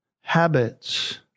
habits